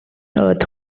earth